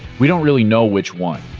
we don't really know which one.